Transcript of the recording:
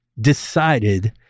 decided